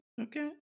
Okay